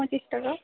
পঁচিশ টাকা